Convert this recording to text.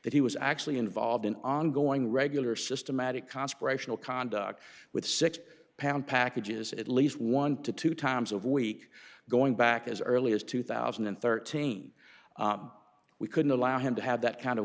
that he was actually involved in ongoing regular systematic consecration of conduct with six pound packages at least one to two times a week going back as early as two thousand and thirteen we couldn't allow him to have that kind of